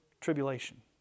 tribulation